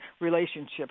relationships